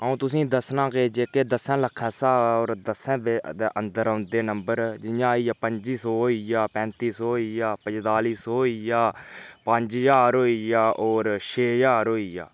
अं'ऊ तुसेंगी दस्सना के जेह्के दस्स लक्ख शा होर दस्सें दे अंदर औंदे नम्बर जियां आई जा पंजी सौ होई गेआ पैंती सौ होई गेआ पजंताली सौ होई गेआ पंज ज्हार होई गेआ होर छे ज्हार होई गेआ